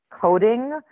coding